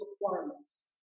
requirements